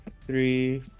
three